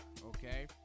Okay